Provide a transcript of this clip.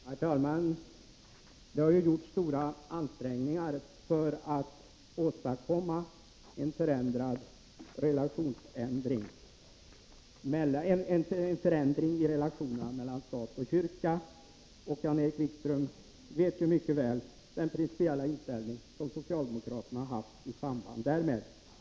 Herr talman! Det har ju gjorts stora ansträngningar för att åstadkomma en förändring i relationerna mellan stat och kyrka. Jan-Erik Wikström känner ju mycket väl till vilken principiell inställning socialdemokraterna haft i samband därmed.